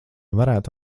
varētu